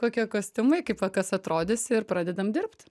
kokie kostiumai kaip va kas atrodys ir pradedam dirbt